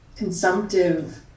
Consumptive